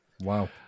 Wow